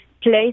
place